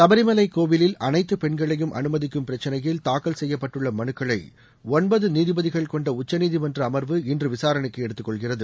சுபரிமலை கோவிலில் அனைத்து பெண்களை அனுமதிக்கும் பிரச்சினையில் தூக்கல் செய்யப்பட்டுள்ள மனுக்களை ஒன்பது நீதிபதிகள் கொண்ட உச்சநீதிமன்ற அமர்வு இன்று விசாரணைக்கு எடுத்துக்கொள்கிறது